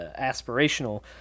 aspirational